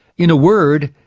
in a word,